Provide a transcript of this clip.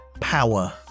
power